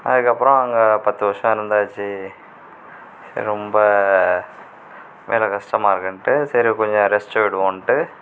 அதுக்கப்புறம் அங்கே பத்து வருஷம் இருந்தாச்சு ரொம்ப வேலை கஷ்டமாக இருக்குதுன்ட்டு சரி கொஞ்சம் ரெஸ்ட் விடுவோன்ட்டு